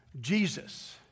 Jesus